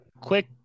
quick